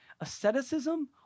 asceticism